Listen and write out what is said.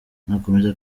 nakomeza